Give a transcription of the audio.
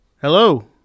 Hello